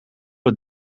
het